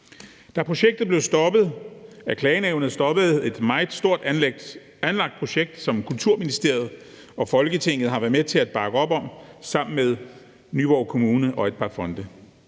Da projektet blev stoppet af Klagenævnet, stoppede et meget stort anlagt projekt, som Kulturministeriet og Folketinget har været med til at bakke op om sammen med Nyborg Kommune og et par fonde.